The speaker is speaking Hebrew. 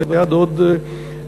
והיד עוד נטויה.